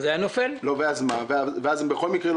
אז היה נופל.